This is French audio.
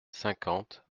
cinquante